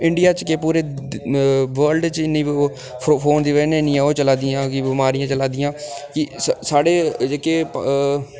world च ओह् phone दी बजह कन्नै इन्नियां ओह् चला दियां कि बमारियां चलै दियां कि सा साढ़े जेह्के